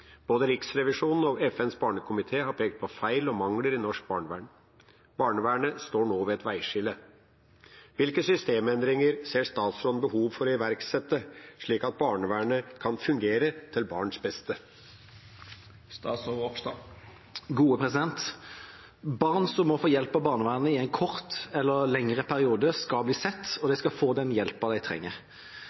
Både Riksrevisjonen og FNs barnekomité har pekt på feil og mangler i norsk barnevern. Barnevernet står nå ved et veiskille. Hvilke systemendringer ser statsråden behov for å iverksette, slik at barnevernet kan fungere til barns beste?» Barn som må få hjelp av barnevernet i en kort eller lengre periode, skal bli sett, og de skal få den hjelpen de trenger.